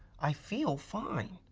i feel fine.